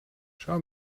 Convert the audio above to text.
schau